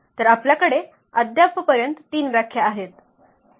तर आपल्याकडे अद्यापपर्यंत तीन व्याख्या आहेत